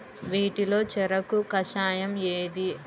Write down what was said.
వీటిలో చెరకు కషాయం ఏది?